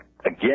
Again